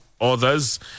Others